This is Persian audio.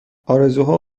آرزوها